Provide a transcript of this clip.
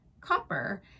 copper